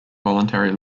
voluntary